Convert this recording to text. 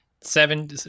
seven